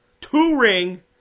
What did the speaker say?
two-ring